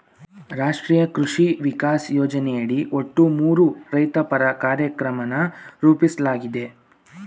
ರಾಷ್ಟ್ರೀಯ ಕೃಷಿ ವಿಕಾಸ ಯೋಜನೆಯಡಿ ಒಟ್ಟು ಮೂರು ರೈತಪರ ಕಾರ್ಯಕ್ರಮನ ರೂಪಿಸ್ಲಾಗಿದೆ